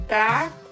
back